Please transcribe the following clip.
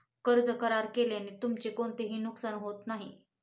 कर्ज करार केल्याने तुमचे कोणतेही नुकसान होत नाही